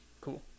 Cool